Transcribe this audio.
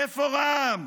איפה רע"מ?